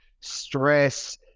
stress